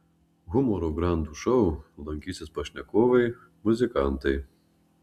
humoro grandų šou lankysis pašnekovai muzikantai